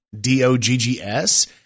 D-O-G-G-S